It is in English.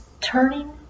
turning